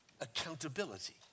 accountability